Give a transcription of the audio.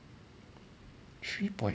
three point